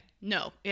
No